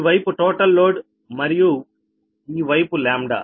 ఈ వైపు total load మరియు ఈ వైపు λ